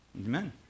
Amen